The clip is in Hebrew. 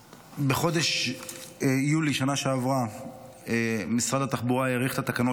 בחודש יולי בשנה שעברה משרד התחבורה האריך את התקנות